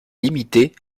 limitée